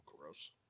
Gross